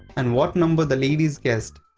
and what numbers the ladies guessed.